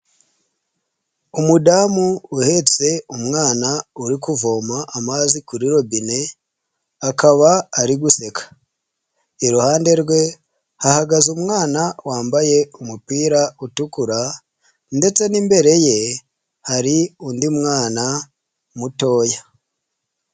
Umudamu uhetse umwana uri kuvoma amazi kuri robine akaba ari guseka, iruhande rwe hagaze umwana wambaye umupira utukura, ndetse n'imbere ye hari undi mwana mutoya.